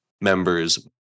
members